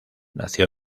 nació